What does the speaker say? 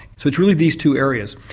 so it's really these two areas.